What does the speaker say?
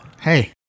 Hey